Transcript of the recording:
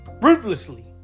ruthlessly